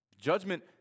Judgment